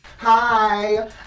Hi